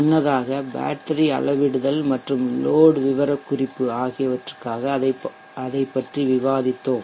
முன்னதாக பேட்டரி அளவிடுதல் மற்றும் லோட் விவரக்குறிப்பு ஆகியவற்றறுக்காக அதைப்பற்றி விவாதித்தோம்